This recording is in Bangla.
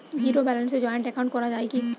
জীরো ব্যালেন্সে জয়েন্ট একাউন্ট করা য়ায় কি?